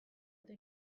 eta